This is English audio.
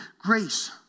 Grace